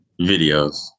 Videos